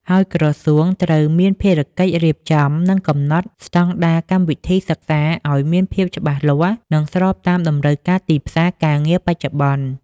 ហើយក្រសួងត្រូវមានភារកិច្ចរៀបចំ និងកំណត់ ស្តង់ដារកម្មវិធីសិក្សា ឱ្យមានភាពច្បាស់លាស់ និងស្របតាមតម្រូវការទីផ្សារការងារបច្ចុប្បន្ន។